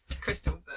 Crystal